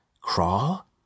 Crawl